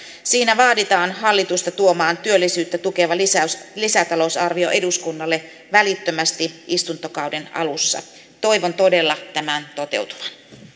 siinä vaaditaan hallitusta tuomaan työllisyyttä tukeva lisätalousarvio eduskunnalle välittömästi istuntokauden alussa toivon todella tämän toteutuvan